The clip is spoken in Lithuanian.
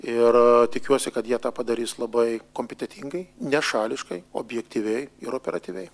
ir tikiuosi kad jie tą padarys labai kompetentingai nešališkai objektyviai ir operatyviai